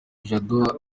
jado